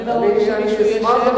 מן הראוי שמישהו ישב,